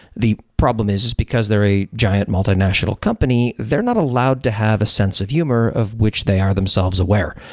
the problem is, is because they're a giant multinational company, they're not allowed to have a sense of humor of which they are themselves aware.